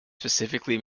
specifically